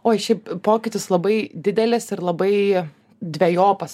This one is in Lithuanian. oi šiaip pokytis labai didelis ir labai dvejopas